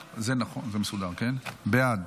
בעד.